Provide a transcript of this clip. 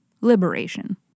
Liberation